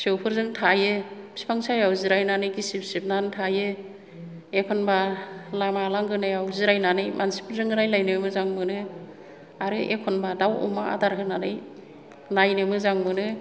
फिसौफोरजों थायो बिफां सायायाव जिरायनानै गिसिब सिबनानै थायो एखनब्ला लामा लांगोनायाव जिरायनानै मानसिफोरजों रायज्लायनो मोजां मोनो आरो एखनब्ला दाव अमा आदार होनानै नायनो मोजां मोनो